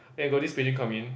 then got this patient come in